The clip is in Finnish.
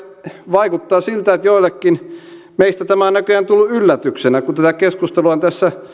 vaikuttaa siltä että joillekin meistä tämä on näköjään tullut yllätyksenä kun tätä keskustelua on tässä